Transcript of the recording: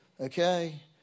okay